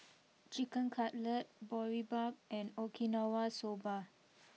Chicken Cutlet Boribap and Okinawa Soba